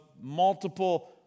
multiple